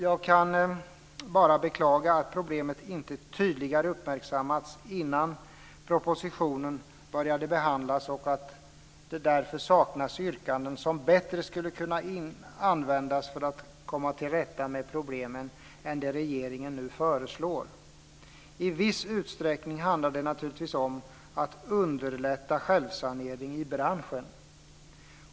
Jag kan bara beklaga att problemet inte tydligare uppmärksammats innan propositionen började behandlas och att det därför saknas yrkanden som bättre skulle kunna användas för att komma till rätta med problemet än det regeringen nu föreslår. I viss utsträckning handlar det naturligtvis om att underlätta självsanering i branschen.